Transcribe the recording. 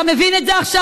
אתה מבין את זה עכשיו?